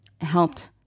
helped